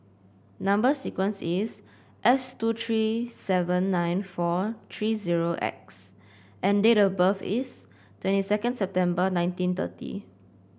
number sequence is S two six seven nine four three zero X and date of birth is twenty second September nineteen thirty